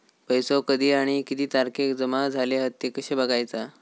पैसो कधी आणि किती तारखेक जमा झाले हत ते कशे बगायचा?